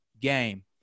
game